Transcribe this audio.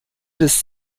des